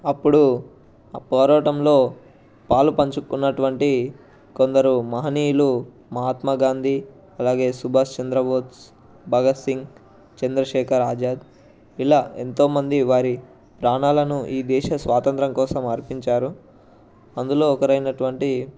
అప్పుడు ఆ పోరాటంలో పాలుపంచుకున్నటువంటి కొందరు మహనీయులు మహాత్మా గాంధీ అలాగే సుభాష్ చంద్రబోస్ భగత్ సింగ్ చంద్రశేఖర్ ఆజాద్ ఇలా ఎంతోమంది వారి ప్రాణాలను ఈ దేశ స్వాతంత్ర్యం కోసం అర్పించారు అందులో ఒకరు అయినటువంటి